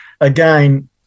again